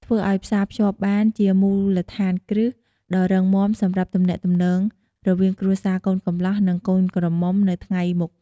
ធ្វើអោយផ្សារភ្ជាប់បាន ជាមូលដ្ឋានគ្រឹះដ៏រឹងមាំសម្រាប់ទំនាក់ទំនងរវាងគ្រួសារកូនកម្លោះ និងកូនក្រមុំទៅថ្ងៃមុខ។